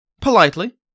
Politely